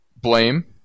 blame